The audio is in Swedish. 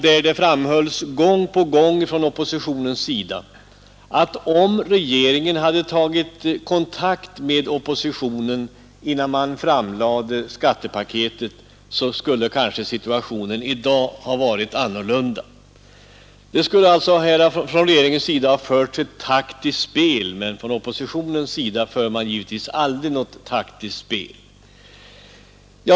Det framhölls gång på gång från oppositionens sida att om regeringen tagit kontakt med oppositionen innan man framlade skattepaketet, skulle kanske situationen i dag varit annorlunda. Det skulle alltså här från regeringens sida ha förts ett taktiskt spel. Från oppositionens sida för man givetvis aldrig något taktiskt spel!